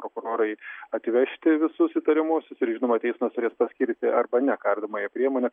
prokurorai atvežti visus įtariamuosius ir žinoma teismas turės paskirti arba ne kardomąją priemonę